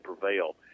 prevail